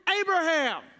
Abraham